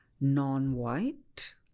non-white